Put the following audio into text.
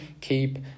keep